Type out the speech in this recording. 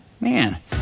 man